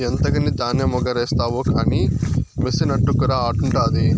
ఎంతకని ధాన్యమెగారేస్తావు కానీ మెసినట్టుకురా ఆడుండాది